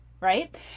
right